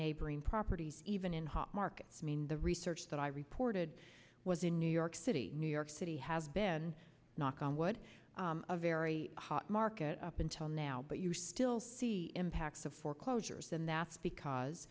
neighboring properties even in hot markets i mean the research that i reported was in new york city new york city have been knock on wood a very hot market up until now but you still see impacts of foreclosures and that's because